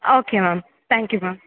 ah okay ma'am thank you ma'am